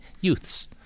youths